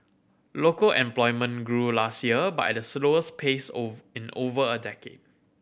local employment grew last year but at the slowest pace in over a decade